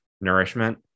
nourishment